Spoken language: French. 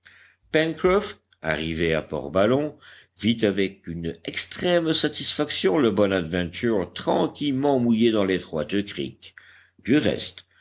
arrivé à port ballon vit avec une extrême satisfaction le bonadventure tranquillement mouillé dans l'étroite crique du reste